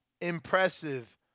impressive